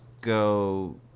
go